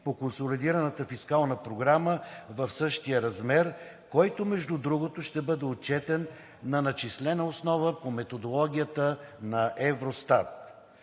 по консолидираната фискална програма в същия размер, който, между другото, ще бъде отчетен на начислена основа по методологията на Евростат.